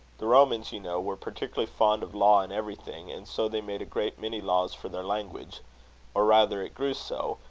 the romans, you know, were particularly fond of law in everything and so they made a great many laws for their language or rather, it grew so,